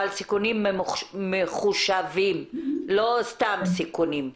אבל סיכונים מחושבים, לא סתם סיכונים.